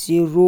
Zero,